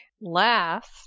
last